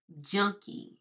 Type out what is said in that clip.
junky